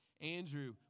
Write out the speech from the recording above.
Andrew